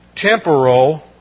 Temporal